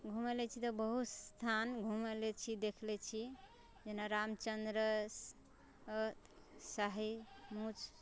घुमले छी तऽ बहुत स्थान घुमले छी देखले छी जेना रामचन्द्र शाही मूँछ